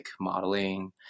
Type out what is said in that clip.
modeling